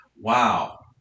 wow